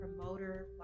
promoter